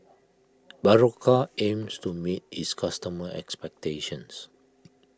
Berocca aims to meet its customers' expectations